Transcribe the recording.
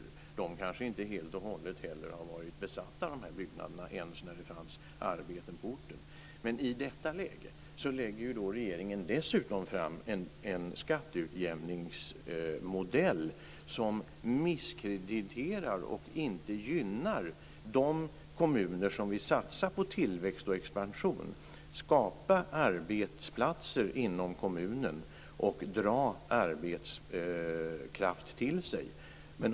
De här byggnaderna kanske inte helt och hållet har varit besatta ens när det fanns arbeten på orten. Men i detta läge lägger regeringen dessutom fram en skatteutjämningsmodell som misskrediterar och inte gynnar de kommuner som vill satsa på tillväxt och expansion, skapa arbetsplatser inom kommunen och dra arbetskraft till sig.